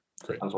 Great